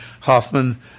Hoffman